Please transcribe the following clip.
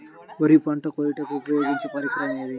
వరి పంట కోయుటకు ఉపయోగించే పరికరం ఏది?